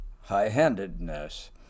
high-handedness